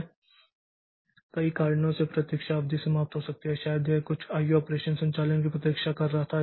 तो कई कारणों से प्रतीक्षा अवधि समाप्त हो सकती है शायद यह कुछ आईओ ऑपरेशन संचालन की प्रतीक्षा कर रहा था